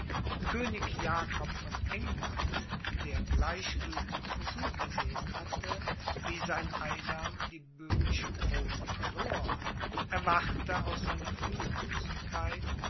könig jakob von england der gleichgültig zugesehen hatte wie sein eidam die böhmische krone verlor erwachte aus seiner